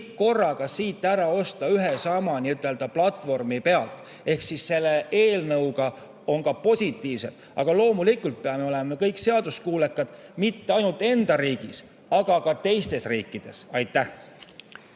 kõik korraga siin ära [maksta] ühe ja sama n-ö platvormi pealt. Ehk siis sellel eelnõul on ka positiivne külg. Ja loomulikult peame olema kõik seaduskuulekad mitte ainult enda riigis, aga ka teistes riikides. Aitäh,